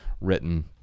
written